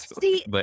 See